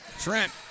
Trent